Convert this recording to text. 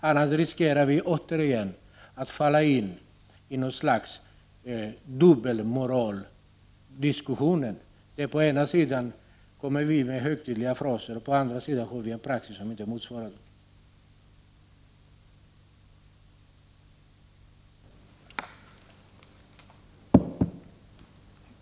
Annars riskerar vi återigen att falla in i något slags dubbelmoral: å ena sidan uttalar vi högtidliga fraser, å andra sidan har vi en praxis som inte motsvarar dem.